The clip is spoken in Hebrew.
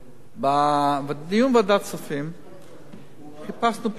בדיון בוועדת כספים חיפשנו פתרון